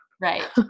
Right